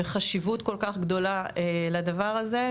וחשיבות כל כך גדולה לדבר הזה,